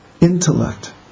intellect